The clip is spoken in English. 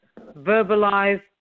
Verbalize